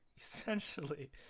essentially